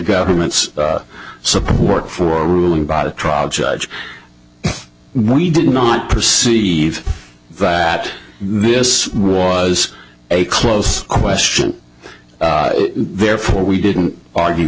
government's support for ruling by the trial judge we did not perceive that this was a close question therefore we didn't argue